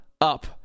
up